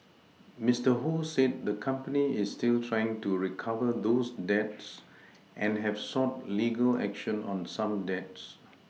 Mister Ho said the company is still trying to recover those debts and have sought legal action on some debts